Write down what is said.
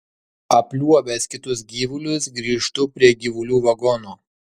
apliuobęs kitus gyvulius grįžtu prie gyvulių vagono